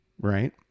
right